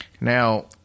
Now